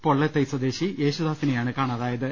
പൊള്ളേത്തൈ സ്വദേശി യേശുദാസിനെയാണ് കാണാതായത്